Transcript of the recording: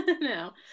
no